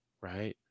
right